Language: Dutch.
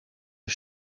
een